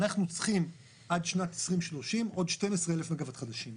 אנחנו צריכים עד שנת 2030 עוד 12,000 מגה וואט חדשים,